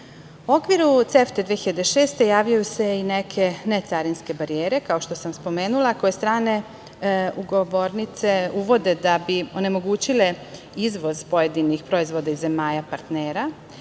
okviru CEFTA 2006 javljaju se i neke ne carinske barijere, kao što sam pomenula, koje strane ugovornice uvode da bi onemogućile izvoz pojedinih proizvoda iz zemalja partnera.